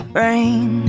rain